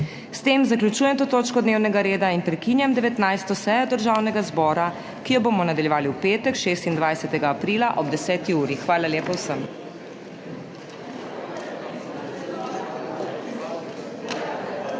S tem zaključujem to točko dnevnega reda. Prekinjam 19. sejo Državnega zbora, ki jo bomo nadaljevali v petek, 26. aprila, ob 10. uri. Hvala lepa vsem!